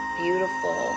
beautiful